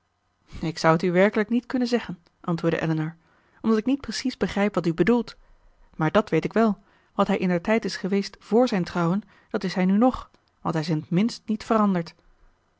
ik zou t u werkelijk niet kunnen zeggen antwoordde elinor omdat ik niet precies begrijp wat u bedoelt maar dàt weet ik wel wat hij indertijd is geweest vr zijn trouwen dat is hij nu nog want hij is in t minst niet veranderd